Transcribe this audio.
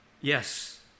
Yes